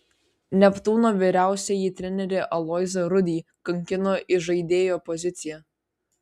neptūno vyriausiąjį trenerį aloyzą rudį kankino įžaidėjo pozicija